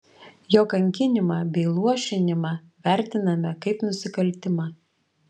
jo kankinimą bei luošinimą vertiname kaip nusikaltimą